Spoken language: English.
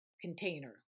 container